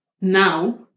now